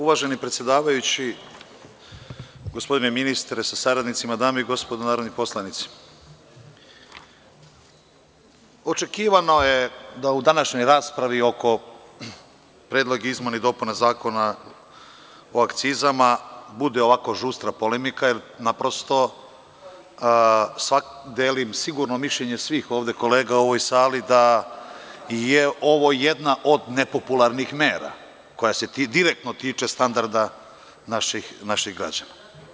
Uvaženi predsedavajući, gospodine ministre sa saradnicima, dame i gospodo narodni poslanici, očekivano je da u današnjoj raspravi oko Predloga izmena i dopuna Zakona o akcizama bude ovako žustra polemika, jer je naprosto, sigurno delim mišljenje svih kolega ovde u ovoj sali, ovo jedna od nepopularnih mera koja se direktno tiče standarda naših građana.